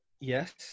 yes